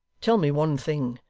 tell me one thing,